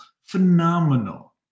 phenomenal